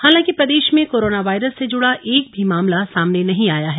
हालांकि प्रदेश में कोरोना वायरस से जुड़ा एक भी मामला सामने नहीं आया है